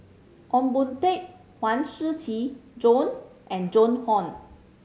Ong Boon Tat Huang Shiqi Joan and Joan Hon